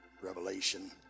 Revelation